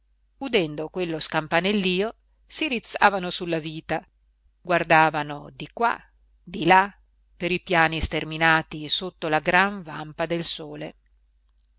udendo quello scampanellìo si rizzavano sulla vita guardavano di qua di là per i piani sterminati sotto la gran vampa del sole